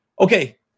okay